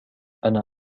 أنا